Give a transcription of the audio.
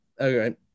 okay